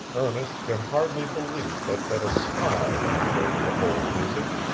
ernest could hardly believe but that a smile beamed over the whole visage,